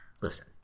Listen